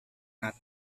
not